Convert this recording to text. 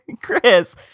Chris